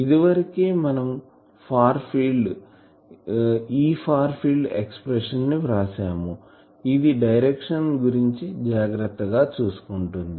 ఇదివరకే మనం far fields E ఎక్సప్రెషన్ని వ్రాసాము ఇది డైరెక్షన్ గురించి జాగ్రత్త గా చూసుకుంటుంది